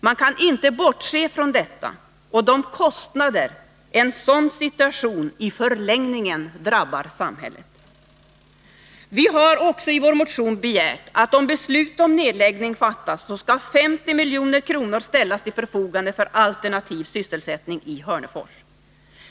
Man kan inte bortse från detta och de kostnader en sådan situation i förlängningen tillfogar samhället. Vi har i vår motion också begärt att om beslut om nedläggning fattas, så skall 50 milj.kr. ställas till förfogande för alternativ sysselsättning i Hörnefors.